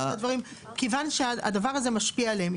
כיוון שהדבר הזה משפיע עליהם.